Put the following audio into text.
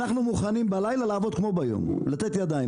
אנחנו מוכנים בלילה לעבוד כמו ביום, לתת ידיים.